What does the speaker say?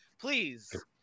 please